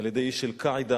על-ידי איש של "אל-קאעידה",